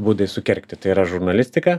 būdais sukergti tai yra žurnalistika